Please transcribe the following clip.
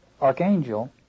archangel